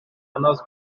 anodd